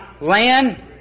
land